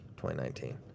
2019